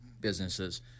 businesses